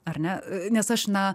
ar ne nes aš na